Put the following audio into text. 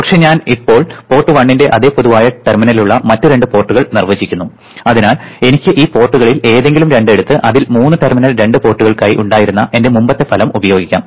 പക്ഷേ ഞാൻ ഇപ്പോൾ പോർട്ട് 1 ന്റെ അതേ പൊതുവായ ടെർമിനലുള്ള മറ്റ് രണ്ട് പോർട്ടുകൾ നിർവചിക്കുന്നു അതിനാൽ എനിക്ക് ഈ പോർട്ടുകളിൽ ഏതെങ്കിലും രണ്ട് എടുത്ത് അതിൽ മൂന്ന് ടെർമിനൽ രണ്ട് പോർട്ടുകൾക്കായി ഉണ്ടായിരുന്ന എന്റെ മുമ്പത്തെ ഫലം ഉപയോഗിക്കാം